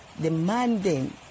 demanding